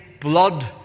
blood